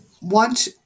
want